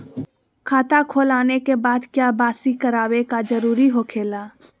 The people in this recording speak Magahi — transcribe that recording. खाता खोल आने के बाद क्या बासी करावे का जरूरी हो खेला?